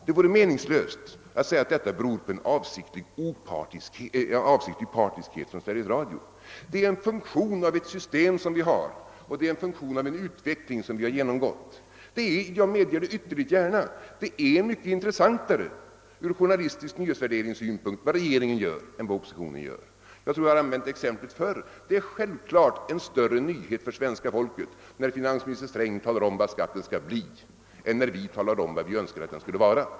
Det vore meningslöst att säga att det hela beror på en avsiktlig partiskhet från Sveriges Radios sida. Det är fråga om en funktion av ett system som vi har och en funktion av en utveckling som vi genomgått. Jag medger mycket gärna att från journalistisk nyhetsvär deringssynpunkt är det mycket intressantare vad regeringen gör än vad oppositionen gör. Jag tror att jag en gång tidigare använt följande exempel. Det är självklart en större nyhet för svenska folket när finansminister Sträng talar om hur stor skatten skall bli än när vi talar om hur vi önskar att den skulle vara.